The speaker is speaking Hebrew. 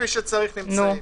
כפי שצריך, נמצאים.